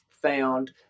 found